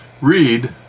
Read